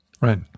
Right